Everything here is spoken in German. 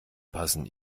passen